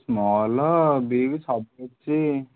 small big ସବୁ ଅଛି